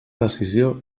decisió